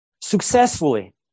successfully